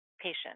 patient